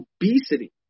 obesity